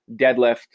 deadlift